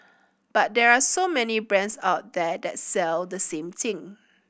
but there are so many brands out there that sell the same thing